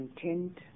Content